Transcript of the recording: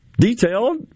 detailed